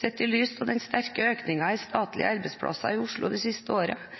Sett i lys av den sterke økningen i antall statlige arbeidsplasser i Oslo de siste årene mener vi det